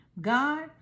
God